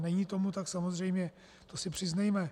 Není tomu tak, samozřejmě si to přiznejme.